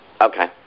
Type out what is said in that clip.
Okay